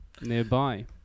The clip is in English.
nearby